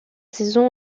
saison